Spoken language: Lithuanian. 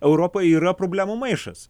europa yra problemų maišas